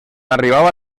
arribava